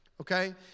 Okay